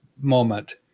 moment